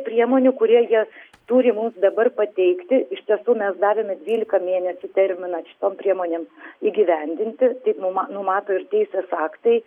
priemonių kurie jas turi mums dabar pateikti iš tiesų mes davėme dvyliką mėnesių terminą šitom priemonėm įgyvendinti taip numa numato ir teisės aktai